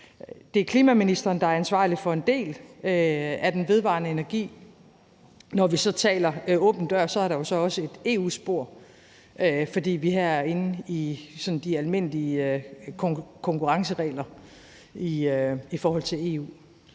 Det er klimaministeren, der er ansvarlig for en del af den vedvarende energi. Når vi så taler om det med åben dør, er der jo så også et EU-spor, for der er vi inden for sådan de almindelige konkurrenceregler i forhold til EU.